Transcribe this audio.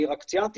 אני רק ציינתי